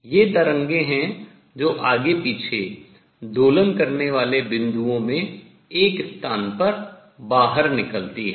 ये तरंगें हैं जो आगे पीछे दोलन करने वाले बिंदुओं में एक स्थान पर बाहर निकलती हैं